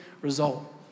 result